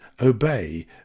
obey